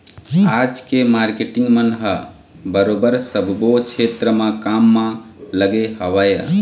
आज के मारकेटिंग मन ह बरोबर सब्बो छेत्र म काम म लगे हवँय